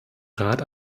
rat